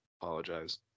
apologize